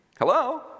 Hello